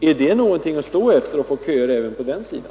Är det någonting att stå efter — att få köer även på den sidan?